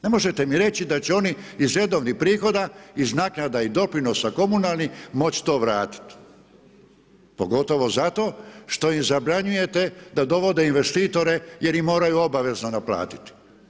Ne možete mi reći da će oni iz redovnih prihoda, iz naknada i doprinosa komunalnih moći to vratiti pogotovo zato što im zabranjujete da dovode investitore jer im moraju obavezno naplatiti.